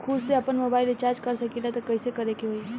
खुद से आपनमोबाइल रीचार्ज कर सकिले त कइसे करे के होई?